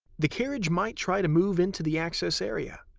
the carriage might try to move into the access area.